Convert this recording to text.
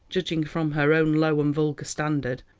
judging from her own low and vulgar standard,